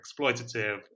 exploitative